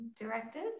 directors